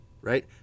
right